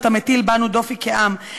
אתה מטיל בנו דופי כעם.